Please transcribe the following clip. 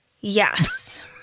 Yes